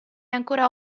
ancora